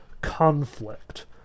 conflict